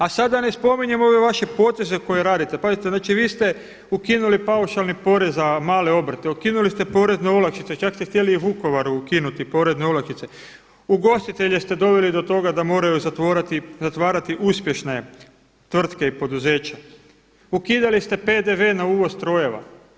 A sada da ne spominjem ove vaše poteze koje radite, pazite, znači vi ste ukinuli paušalni porez za male obrte, ukinuli ste porezne olakšice, čak ste htjeli i Vukovaru ukinuti porezne olakšice, ugostitelje ste doveli do toga da moraju zatvarati uspješne tvrtke i poduzeća, ukidali ste PDV na uvoz strojeva.